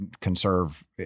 conserve